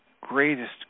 greatest